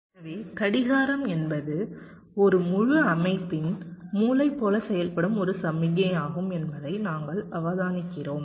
எனவே கடிகாரம் என்பது முழு அமைப்பின் மூளை போல செயல்படும் ஒரு சமிக்ஞையாகும் என்பதை நாங்கள் அவதானிக்கிறோம்